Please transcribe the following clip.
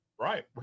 right